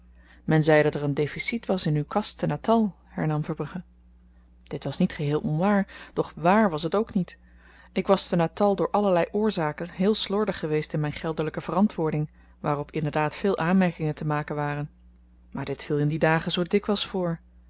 men zei dat er een deficit was in uw kas te natal hernam verbrugge dit was niet geheel onwaar doch waar was t ook niet ik was te natal door allerlei oorzaken heel slordig geweest in myn geldelyke verantwoording waarop inderdaad veel aanmerkingen te maken waren maar dit viel in die dagen zoo dikwyls voor